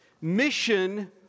Mission